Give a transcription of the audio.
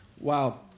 Wow